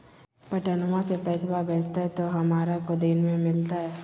पटनमा से पैसबा भेजते तो हमारा को दिन मे मिलते?